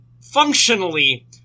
functionally